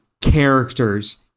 characters